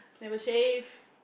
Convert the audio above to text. never shave